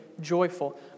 joyful